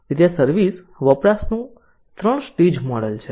તેથી આ સર્વિસ વપરાશનું 3 સ્ટેજ મોડેલ છે